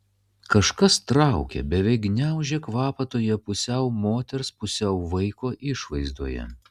kažkas traukė beveik gniaužė kvapą toje pusiau moters pusiau vaiko išvaizdoje